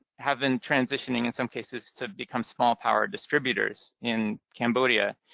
have been transitioning in some cases to become small power distributors in cambodia,